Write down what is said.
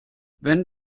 wenn